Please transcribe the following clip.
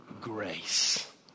Grace